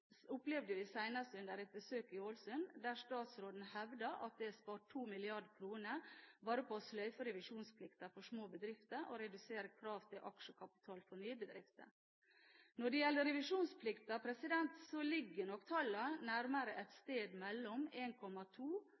opplevde vi senest under et besøk i Ålesund, der statsråden hevdet at det er spart 2 mrd. kr bare på å sløyfe revisjonsplikten for små bedrifter og redusere krav til aksjekapital for nye bedrifter. Når det gjelder revisjonsplikten, ligger nok tallet nærmere et sted mellom